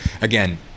again